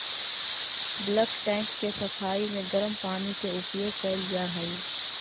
bulk tank के सफाई में गरम पानी के उपयोग कैल जा हई